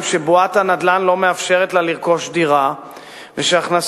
שבועת הנדל"ן לא מאפשרת לה לרכוש דירה ושהכנסותיה